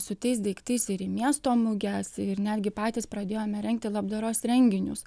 su tais daiktais ir į miesto muges ir netgi patys pradėjome rengti labdaros renginius